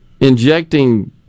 injecting